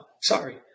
sorry